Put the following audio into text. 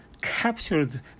captured